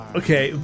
okay